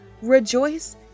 rejoice